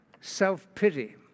self-pity